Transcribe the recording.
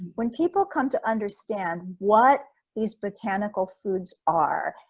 when people come to understand what these botanical foods are,